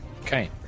okay